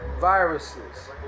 viruses